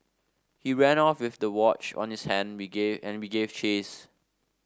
he ran off with the watch on his hand we gave and we gave chase